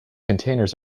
containers